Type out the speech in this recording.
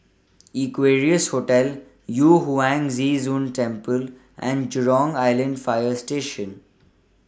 Equarius Hotel Yu Huang Zhi Zun Temple and Jurong Island Fire Station